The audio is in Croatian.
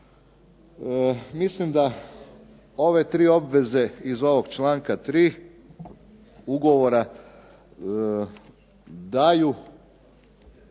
Mislim da ove tri obveze iz ovog članka 3. ugovora daju